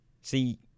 See